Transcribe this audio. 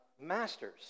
masters